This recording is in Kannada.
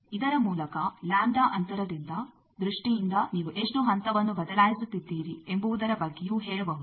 ಇದರ ಮೂಲಕ ಲ್ಯಾಂಬ್ಡ ಅಂತರದ ದೃಷ್ಟಿಯಿಂದ ನೀವು ಎಷ್ಟು ಹಂತವನ್ನು ಬದಲಾಯಿಸುತ್ತಿದ್ದೀರಿ ಎಂಬುವುದರ ಬಗ್ಗೆಯೂ ಹೇಳಬಹುದು